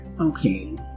okay